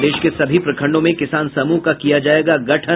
प्रदेश के सभी प्रखंडों में किसान समूह का किया जायेगा गठन